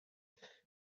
look